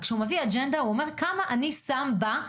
ובזה הוא אומר כמה הוא שם בה.